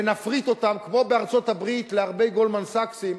ונפריט אותן כמו בארצות-הברית להרבה "גולדמן סאקסים".